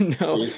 no